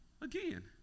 again